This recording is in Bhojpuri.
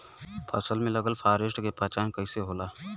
फसल में लगल फारेस्ट के पहचान कइसे होला?